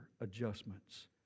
adjustments